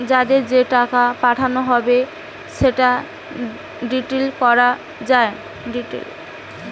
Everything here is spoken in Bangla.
যাদের যে টাকা পাঠানো হবে সেটা ডিলিট করা যায়